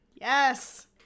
Yes